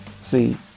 See